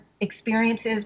experiences